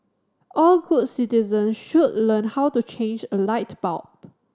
all good citizens should learn how to change a light bulb